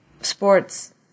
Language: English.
sports